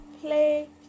play